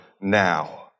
now